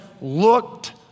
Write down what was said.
looked